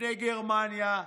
לפני גרמניה,